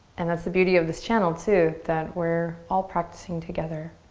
and that's the beauty of this channel, too. that we're all practicing together.